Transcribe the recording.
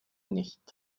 nicht